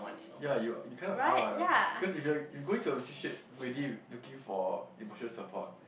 ya you're you kind of are cause if you're if going to a relationship ready looking for emotion support